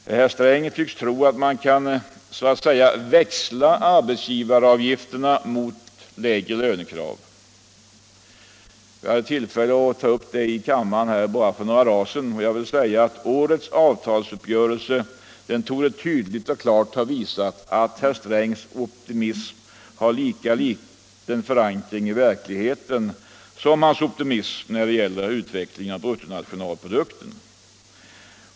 Herr Sträng tycks tro att man så att säga kan växla arbetsgivaravgifterna mot lägre lönekrav. Jag hade tillfälle att ta upp detta i kammaren bara för några dagar sedan. Årets avtalsuppgörelse torde tydligt ha visat att herr Strängs optimism har lika liten förankring i verkligheten som hans optimism när det gäller utvecklingen av bruttonationalprodukten.